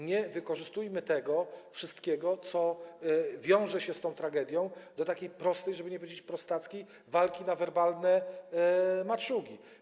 Nie wykorzystujmy tego wszystkiego, co wiąże się z tą tragedią, do takiej prostej, żeby nie powiedzieć prostackiej, walki na werbalne maczugi.